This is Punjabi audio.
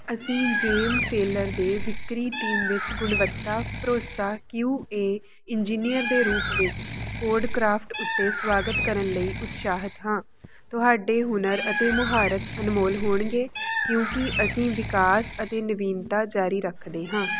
ਅਸੀਂ ਜੇਮਜ਼ ਟੇਲਰ ਦੇ ਵਿਕਰੀ ਟੀਮ ਵਿੱਚ ਗੁਣਵੱਤਾ ਭਰੋਸਾ ਕਿਊ ਏ ਇੰਜੀਨੀਅਰ ਦੇ ਰੂਪ ਵਿੱਚ ਕੋਡਕ੍ਰਾਫਟ ਉੱਤੇ ਸੁਆਗਤ ਕਰਨ ਲਈ ਉਤਸ਼ਾਹਿਤ ਹਾਂ ਤੁਹਾਡੇ ਹੁਨਰ ਅਤੇ ਮੁਹਾਰਤ ਅਨਮੋਲ ਹੋਣਗੇ ਕਿਉਂਕਿ ਅਸੀਂ ਵਿਕਾਸ ਅਤੇ ਨਵੀਨਤਾ ਜਾਰੀ ਰੱਖਦੇ ਹਾਂ